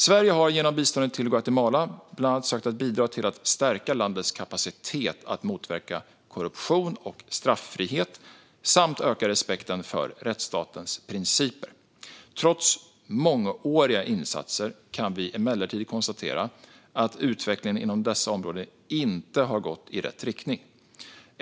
Sverige har genom biståndet till Guatemala bland annat sökt att bidra till att stärka landets kapacitet att motverka korruption och straffrihet samt öka respekten för rättsstatens principer. Trots mångåriga insatser kan vi emellertid konstatera att utvecklingen inom dessa områden inte har gått i rätt riktning.